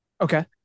Okay